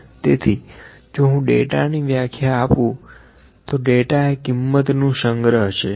તેથી જો હું ડેટા ની વ્યાખ્યા આપુ તો ડેટા એ કિંમતનું સંગ્રહ છે